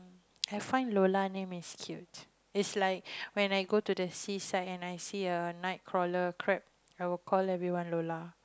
I find Lola name is cute is like when I go to the seaside and I see a nightcrawler crab I will call everyone Lola